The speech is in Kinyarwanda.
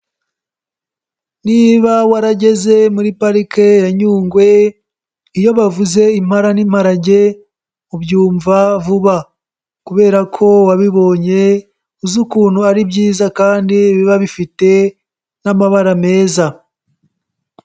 Niba warageze muri parike ya Nyungwe, iyo bavuze impara n'imparage ubyumva vuba kubera ko wabibonye, uzi ukuntu ari byiza kandi biba bifite n'amabara meza.